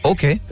Okay